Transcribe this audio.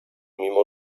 mimo